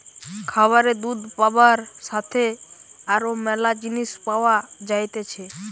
খামারে দুধ পাবার সাথে আরো ম্যালা জিনিস পাওয়া যাইতেছে